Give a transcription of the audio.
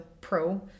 Pro